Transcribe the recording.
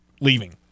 leaving